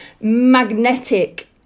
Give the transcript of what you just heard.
magnetic